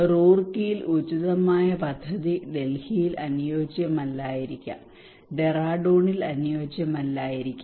റൂർക്കിയിൽ ഉചിതമായ പദ്ധതി ഡൽഹിയിൽ അനുയോജ്യമല്ലായിരിക്കാം ഡെറാഡൂണിൽ അനുയോജ്യമല്ലായിരിക്കാം